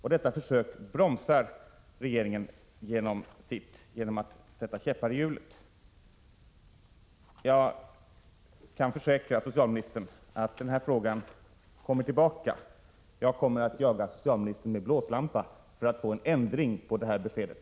Detta försök bromsar regeringen genom att sätta käppar i hjulet. Jag kan försäkra socialministern att den här frågan kommer tillbaka. Jag kommer att jaga socialministern med blåslampa för att få till stånd en ändring av det här beskedet.